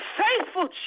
faithful